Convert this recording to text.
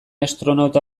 astronauta